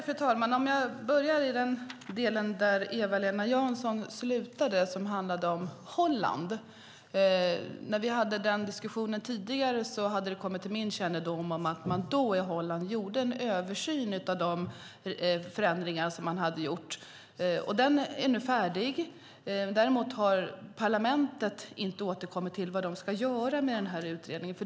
Fru talman! Jag börjar i den del där Eva-Lena Jansson slutade. Det handlade om Holland. När vi hade den diskussionen tidigare hade det kommit till min kännedom att man i Holland då gjorde en översyn av de förändringar som man hade gjort. Den är nu färdig. Däremot har parlamentet inte återkommit till vad de ska göra med den här utredningen.